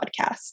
podcast